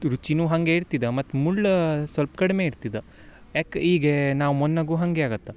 ರುಚಿನು ಹಾಗೆ ಇರ್ತಿದ ಮತ್ತು ಮುಳ್ಳ ಸೊಲ್ಪ ಕಡಿಮೆ ಇರ್ತಿದ ಎಕ್ ಈಗ ನಾವು ಮೊನ್ನಗು ಹಾಗೆ ಆಗತ್ತೆ